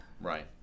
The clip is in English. right